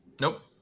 Nope